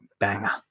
Banger